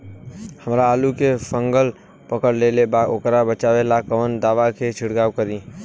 हमरा आलू में फंगस पकड़ लेले बा वोकरा बचाव ला कवन दावा के छिरकाव करी?